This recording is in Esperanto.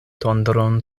tondron